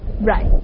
right